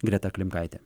greta klimkaitė